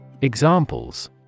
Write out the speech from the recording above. Examples